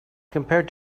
compared